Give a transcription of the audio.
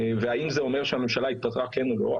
והאם זה אומר שהממשלה התפטרה כן או לא,